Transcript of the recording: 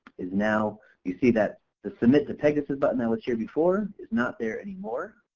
is now you see that the submit to pegasus button that was here before, is not there anymore.